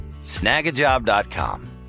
snagajob.com